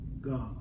God